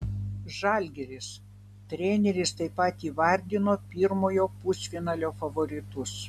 žalgiris treneris taip pat įvardino pirmojo pusfinalio favoritus